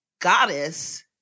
goddess